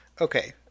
okay